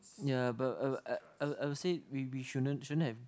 ya but I'll say we we shouldn't shouldn't have